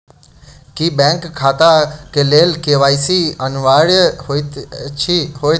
की bank खाता केँ लेल के.वाई.सी अनिवार्य होइ हएत?